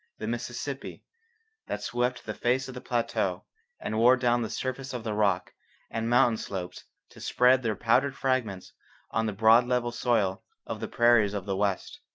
the mississippi that swept the face of the plateau and wore down the surface of the rock and mountain slopes to spread their powdered fragments on the broad level soil of the prairies of the west.